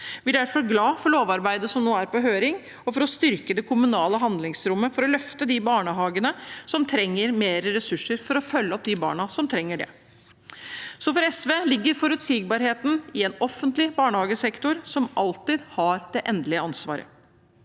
Vi er derfor glad for lovarbeidet, som nå er på høring, for å styrke det kommunale handlingsrommet til å løfte de barnehagene som trenger mer ressurser for å følge opp de barna som trenger det. For SV ligger forutsigbarheten i en offentlig barnehagesektor som alltid har det endelige ansvaret.